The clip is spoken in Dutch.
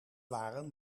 waren